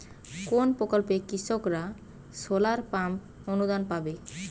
কোন প্রকল্পে কৃষকরা সোলার পাম্প অনুদান পাবে?